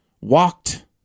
walked